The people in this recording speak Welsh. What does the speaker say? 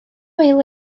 wil